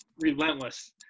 relentless